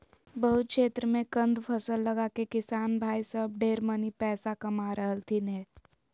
बहुत क्षेत्र मे कंद फसल लगाके किसान भाई सब ढेर मनी पैसा कमा रहलथिन हें